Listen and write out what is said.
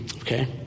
Okay